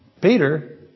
Peter